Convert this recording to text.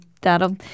that'll